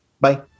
Bye